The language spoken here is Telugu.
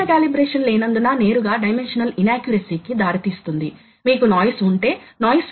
కాబట్టి సాధనాలు కొద్దిగా ఆఫ్సెట్ అయి ఉండాలి కాబట్టి ఆ ఫంక్షన్స్ ను సెట్ చేయాలి